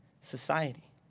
society